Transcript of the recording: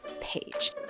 page